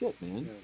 man